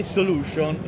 solution